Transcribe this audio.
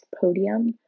podium